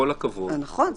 עם כל הכבוד --- נכון,